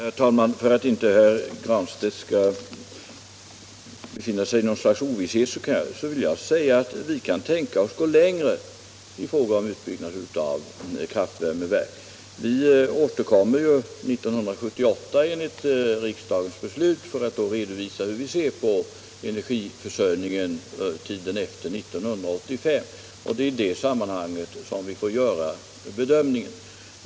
Herr talman! För att inte herr Granstedt skall behöva sväva i ovisshet vill jag säga att vi kan tänka oss att gå längre i fråga om utbyggnaden av kraftvärmeverk. Enligt riksdagens beslut återkommer vi 1978 för att då redovisa hur vi ser på energiförsörjningen under tiden efter 1985, och det blir i det sammanhanget som vi får göra den bedömningen.